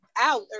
out